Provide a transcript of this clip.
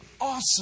awesome